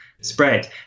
spread